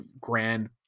grand